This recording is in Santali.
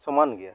ᱥᱚᱢᱟᱱ ᱜᱮᱭᱟ